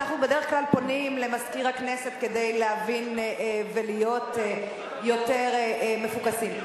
אנחנו בדרך כלל פונים למזכיר הכנסת כדי להבין ולהיות יותר מפוקסים.